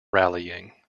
rallying